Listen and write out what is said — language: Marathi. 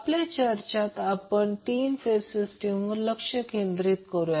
आपल्या चर्चेत आपण 3 फेज सिस्टीमवर लक्ष केंद्रित करूया